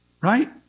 Right